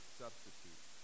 substitute